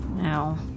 No